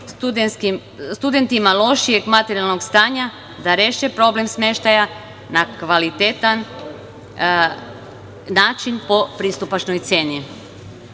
studentima lošijeg materijalnog stanja da reše problem smeštaja na kvalitetan način po pristupačnoj